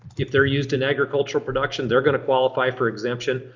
if they're used in agricultural production they're gonna qualify for exemption.